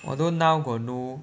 although now got no